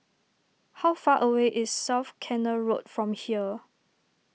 how far away is South Canal Road from here